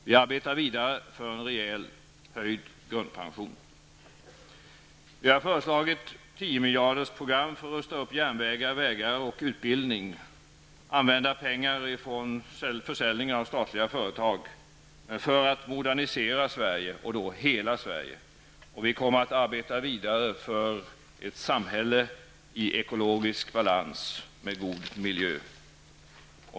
Vi arbetar vidare för en rejält höjd grundpension. Dessutom har vi presenterat ett tiomiljardersprogram med förslag om upprustning av järnvägar och vägar samt av utbildningen. Vi vill använda pengar som kan tas in genom försäljning av statliga företag för att modernisera Sverige, och då hela Sverige. Vi kommer också att arbeta vidare för ett samhälle i ekologisk balans med en god miljö.